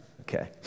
Okay